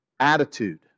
Attitude